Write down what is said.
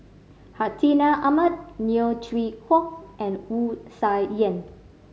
Hartinah Ahmad Neo Chwee Kok and Wu Tsai Yen